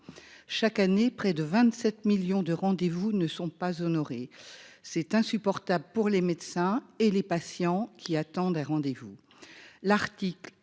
chaque année près de 27 millions de rendez vous ne sont pas honorés. C'est insupportable pour les médecins et les patients qui attendent un rendez-vous l'article